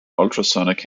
ultrasonic